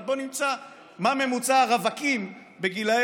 אבל בואו נמצא את ממוצע הרווקים בגילי